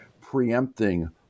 preempting